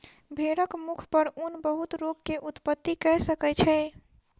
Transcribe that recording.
भेड़क मुख पर ऊन बहुत रोग के उत्पत्ति कय सकै छै